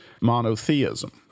monotheism